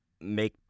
make